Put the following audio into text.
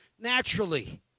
naturally